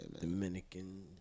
Dominican